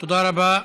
תודה רבה.